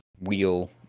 wheel